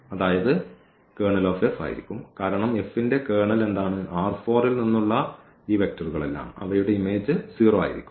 അതായത് Kernel F ആയിരിക്കും കാരണം F ന്റെ കേർണൽ എന്താണ് R4 ൽ നിന്ന് ഉള്ള ഈ വെക്റ്ററുകളെല്ലാം അവയുടെ ഇമേജ് 0 ആയിരിക്കും